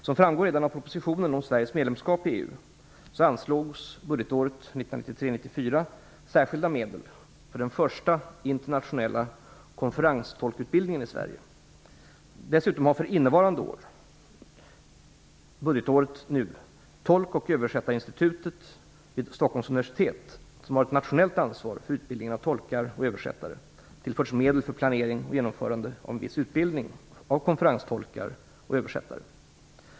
Som framgår redan av propositionen om Sveriges medlemskap i EU anslogs budgetåret 1993/94 särskilda medel för den första internationella konferenstolkutbildningen i Sverige. Dessutom har för innevarande budgetår Tolk och översättarinstitutet vid Stockholms universitet, som har ett nationellt ansvar för utbildningen av tolkar och översättare, tillförts medel för planering och genomförande av viss utbildning av konferenstolkar och översättare.